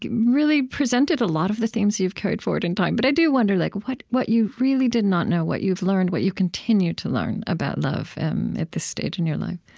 really presented a lot of the themes you've carried forward in time. but i do wonder like what what you really did not know, what you've learned, what you continue to learn about love at this stage in your life